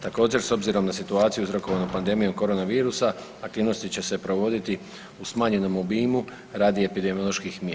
Također s obzirom na situaciju uzrokovanu pandemiju korona virusa aktivnosti će se provoditi u smanjenom obimu radi epidemioloških mjera.